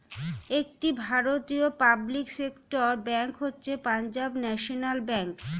একটি ভারতীয় public sector bank হচ্ছে পাঞ্জাব ন্যাশনাল ব্যাঙ্ক